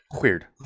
Weird